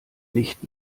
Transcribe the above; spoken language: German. nicht